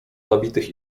zabitych